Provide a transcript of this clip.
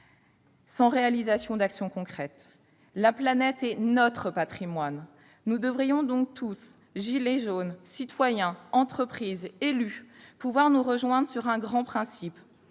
sans réalisation d'actions concrètes. La planète est notre patrimoine. Nous devrions donc tous, gilets jaunes, citoyens, entreprises, élus, pouvoir nous rejoindre sur un grand principe